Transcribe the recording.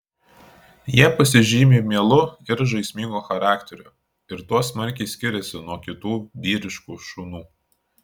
jie pasižymi mielu ir žaismingu charakteriu ir tuo smarkiai skiriasi nuo kitų vyriškų šunų